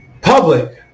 public